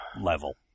level